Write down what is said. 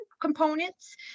components